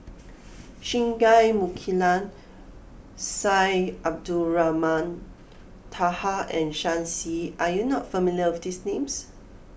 Singai Mukilan Syed Abdulrahman Taha and Shen Xi are you not familiar with these names